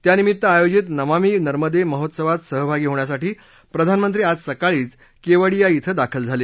त्यानिमित्त आयोजित नमामि नर्मदे महोत्सवात सहभागी होण्यासाठी प्रधानमंत्री आज सकाळीच केवडीया श्वे दाखल झाले